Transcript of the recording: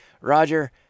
Roger